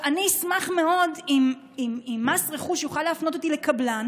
אני אשמח מאוד אם מס רכוש יוכל להפנות אותי לקבלן